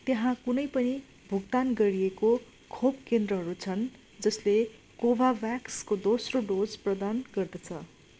त्यहाँ कुनै पनि भुक्तान गरिएको खोप केन्द्रहरू छन् जसले कोभाभ्याक्सको दोस्रो डोज प्रदान गर्दछ